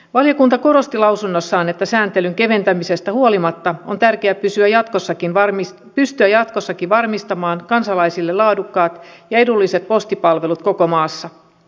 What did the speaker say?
valiokunta korosti lausunnossaan että sääntelyn keventämisestä huolimatta on tärkeää pystyä jatkossakin varmistamaan kansalaisille laadukkaat ja edulliset postipalvelut koko maassa